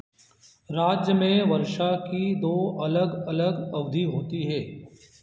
राज्य में वर्षा की दो अलग अलग अवधि होती हैं